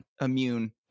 immune